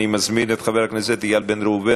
אני מזמין את חבר הכנסת איל בן ראובן.